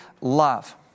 love